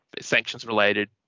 sanctions-related